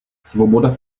svoboda